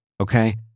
Okay